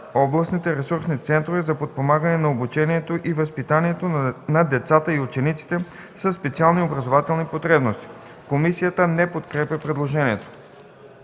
„областните ресурсни центрове за подпомагане на обучението и възпитанието на децата и учениците със специални образователни потребности”. Комисията не подкрепя предложението.